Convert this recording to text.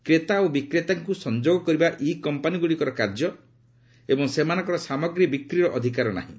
କ୍ରେତା ଓ ବିକ୍ରେତାଙ୍କୁ ସଂଯୋଗ କରିବା ଇ କମ୍ପାନୀଗୁଡ଼ିକର କାର୍ଯ୍ୟ ଏବଂ ସେମାନଙ୍କର ସାମଗ୍ରୀ ବିକ୍ରିର ଅଧିକାର ନାହିଁ